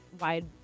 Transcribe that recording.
wide